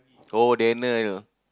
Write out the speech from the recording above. oh Daniel